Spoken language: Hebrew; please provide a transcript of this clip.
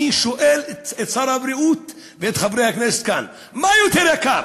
אני שואל את שר הבריאות ואת חברי הכנסת כאן: מה יותר יקר,